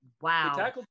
Wow